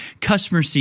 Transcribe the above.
customer